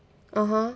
(uh huh)